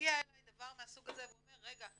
הגיע אלי דבר מהסוג הזה" והוא אומר "רגע,